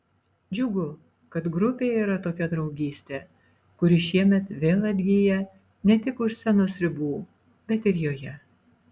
džiugu kad grupėje yra tokia draugystė kuri šiemet vėl atgyja ne tik už scenos ribų bet ir joje